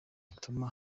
ituma